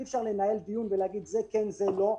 אי-אפשר לנהל דיון ולומר: זה כן וזה לא.